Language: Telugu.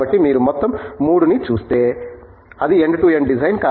కాబట్టి మీరు మొత్తం 3 ని చూస్తే అది ఎండ్ టు ఎండ్ డిజైన్